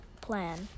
plan